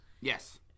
Yes